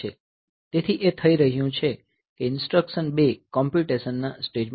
તેથી એ થઈ રહ્યું છે કે ઈન્સ્ટ્રકશન 2 કોમ્પ્યુટેશનના સ્ટેજમાં હશે